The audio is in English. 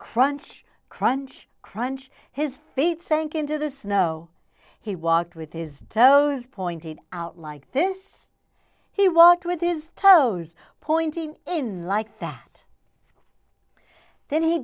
crunch crunch crunch his feet sank into the snow he walked with his toes pointed out like this he walked with his toes pointing in like that then he